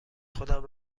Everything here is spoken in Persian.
خودم